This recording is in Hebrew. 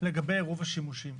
לגבי עירוב שימושים.